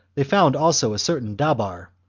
they found also a certain dabar,